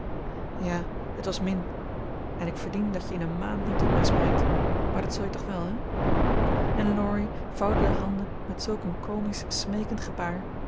ja het was min en ik verdien dat je in een maand niet tot mij spreekt maar dat zul je toch wel hé en laurie vouwde de handen met zulk een comisch smeekend gebaar